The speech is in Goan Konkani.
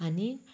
आनी